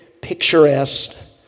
picturesque